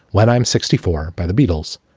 when i'm sixty four by the beatles.